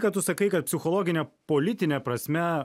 ką tu sakai kad psichologine politine prasme